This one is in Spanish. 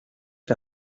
que